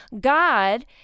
God